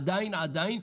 עדיין עדיין,